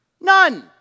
None